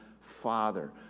Father